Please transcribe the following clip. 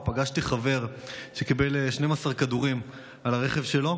ופגשתי חבר שקיבל 12 כדורים על הרכב שלו.